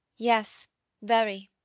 yes very!